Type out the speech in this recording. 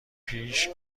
پیش